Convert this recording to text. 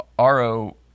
RO